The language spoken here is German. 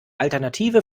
alternative